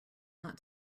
not